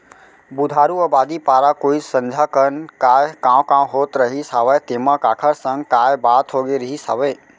बुधारू अबादी पारा कोइत संझा कन काय कॉंव कॉंव होत रहिस हवय तेंमा काखर संग काय बात होगे रिहिस हवय?